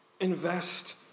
Invest